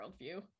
worldview